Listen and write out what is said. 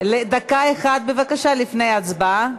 לדקה אחת לפני ההצבעה.